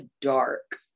dark